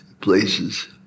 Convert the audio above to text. places